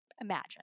Imagine